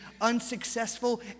unsuccessful